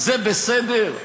זה בסדר?